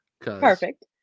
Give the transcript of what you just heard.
perfect